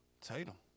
Tatum